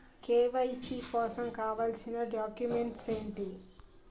KYC కోసం కావాల్సిన documents ఎంటి?